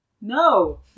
no